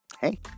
hey